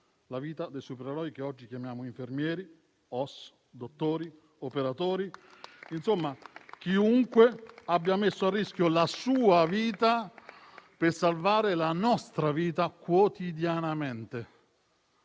la vita dei supereroi che oggi chiamiamo infermieri, OSS, dottori, operatori: insomma chiunque abbia messo a rischio la propria vita per salvare la nostra, quotidianamente,